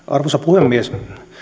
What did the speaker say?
arvoisa puhemies